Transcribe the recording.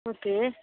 okay